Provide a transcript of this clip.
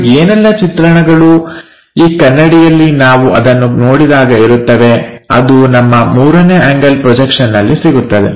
ಮತ್ತು ಏನೆಲ್ಲ ಚಿತ್ರಣಗಳು ಆ ಕನ್ನಡಿಯಲ್ಲಿ ನಾವು ಅದನ್ನು ನೋಡಿದಾಗ ಇರುತ್ತವೆ ಅದು ನಮ್ಮ ಮೂರನೇ ಆಂಗಲ್ ಪ್ರೊಜೆಕ್ಷನ್ನಲ್ಲಿ ಸಿಗುತ್ತದೆ